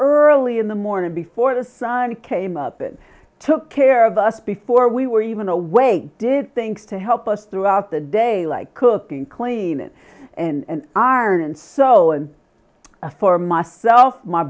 early in the morning before the sun came up and took care of us before we were even away did things to help us throughout the day like cooking cleaning and iron and so and for myself my